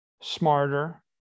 smarter